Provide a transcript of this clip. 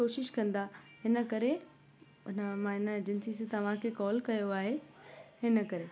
कोशिशि कंदा हिन करे उन मां इन एजेंसी से तव्हांखे कॉल कयो आहे हिन करे